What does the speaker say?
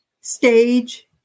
stage